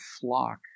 flock